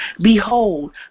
Behold